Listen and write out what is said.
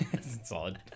Solid